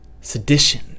sedition